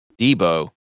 Debo